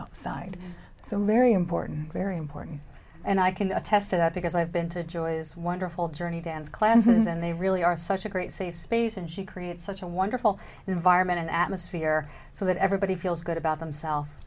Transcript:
outside so mary important very important and i can attest to that because i've been to joy's wonderful journey dance class and they really are such a great safe space and she creates such a wonderful environment an atmosphere so that everybody feels good about themselves